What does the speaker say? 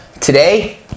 Today